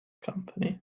company